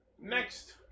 Next